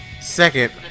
Second